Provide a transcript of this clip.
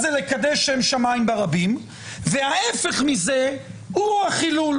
שם שמיים ברבים וההיפך מזה הוא החילול.